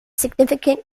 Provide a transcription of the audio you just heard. significant